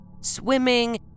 swimming